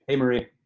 ah marie.